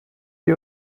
die